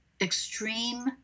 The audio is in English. extreme